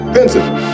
Vincent